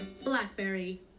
Blackberry